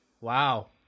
Wow